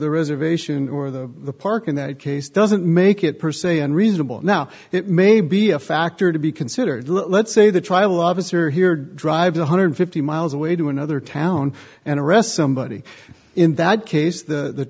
the reservation or the park in that case doesn't make it per se unreasonable now it may be a factor to be considered let's say the trial officer here drive one hundred fifty miles away to another town and arrest somebody in that case